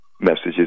messages